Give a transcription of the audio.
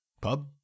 pub